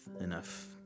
enough